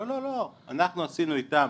לא, אנחנו עשינו איתם